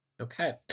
Okay